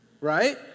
right